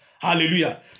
Hallelujah